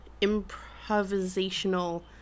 improvisational